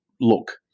look